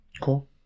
Cool